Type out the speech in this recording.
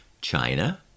China